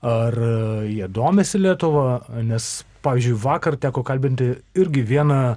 ar jie domisi lietuva nes pavyzdžiui vakar teko kalbinti irgi vieną